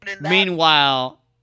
Meanwhile